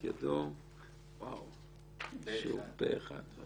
הצבעה בעד, 1